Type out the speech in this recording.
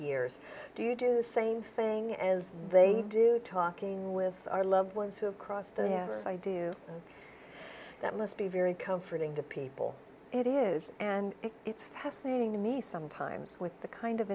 years do you do the same thing as they do talking with our loved ones who have crossed oh yes i do and that must be very comforting to people it is and it's fascinating to me sometimes with the kind of